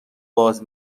باز